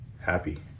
happy